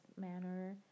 manner